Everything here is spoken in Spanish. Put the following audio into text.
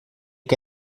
que